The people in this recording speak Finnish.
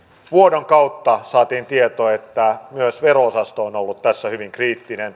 vuodon kautta saatiin tieto että myös vero osasto on ollut tässä hyvin kriittinen